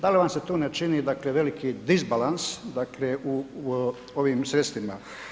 Da li vam se tu ne čini dakle veliki disbalans dakle u ovim sredstvima?